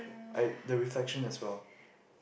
I the reflection as well